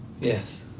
Yes